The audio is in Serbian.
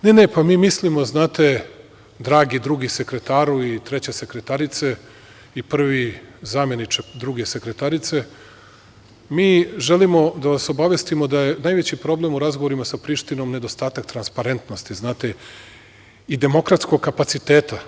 Ne, ne, mi mislimo, znate, dragi drugi sekretaru ili treća sekretarice i prvi zameniče druge sekretarice, mi želimo da vas obavestimo da je najveći problem u razgovorima sa Prištinom nedostatak transparentnosti i demokratskog kapaciteta.